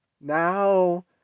Now